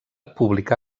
publicà